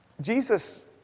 Jesus